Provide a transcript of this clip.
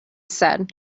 said